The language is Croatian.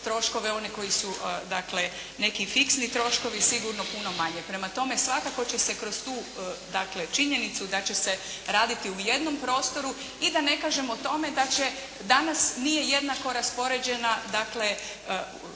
troškove one koji su neki fiksni troškovi, sigurno puno manje. Prema tome svakako će se kroz tu činjenicu da će se raditi u jednom prostoru i da ne kažem o tome da će danas nije jednako raspoređena